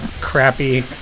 crappy